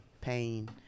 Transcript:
pain